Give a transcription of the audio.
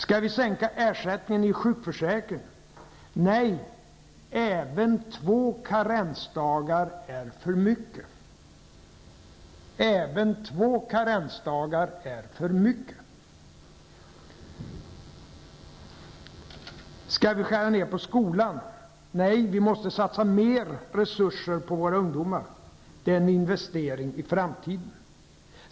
Nej, även två karensdagar är för mycket!'' Bengt Westerberg säger alltså att även två karensdagar är för mycket! ''Skall vi skära ned på skolan? Nej, vi måste satsa mer resurser på våra ungdomar. Det är en investering i framtiden!